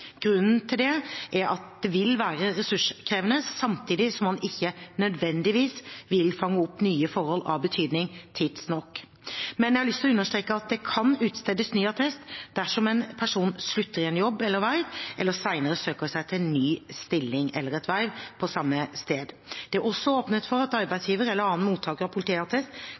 Grunnen til det er at det vil være ressurskrevende, samtidig som man ikke nødvendigvis vil fange opp nye forhold av betydning tidsnok. Men jeg har lyst til å understreke at det kan utstedes ny attest dersom en person slutter i en jobb eller et verv og senere søker seg til ny stilling eller verv på samme sted. Det er også åpnet for at arbeidsgiver eller annen mottaker av politiattest